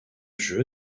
jeu